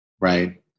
Right